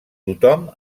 tothom